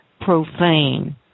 Profane